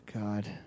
God